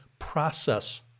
process